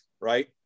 Right